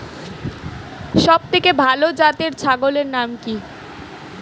সবথেকে ভালো জাতের ছাগলের নাম কি?